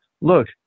look